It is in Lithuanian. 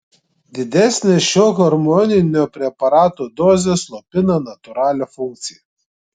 didesnės šio hormoninio preparato dozės slopina natūralią funkciją